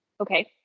Okay